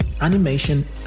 animation